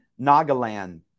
Nagaland